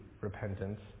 repentance